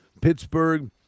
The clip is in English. Pittsburgh